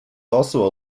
also